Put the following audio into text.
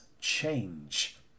change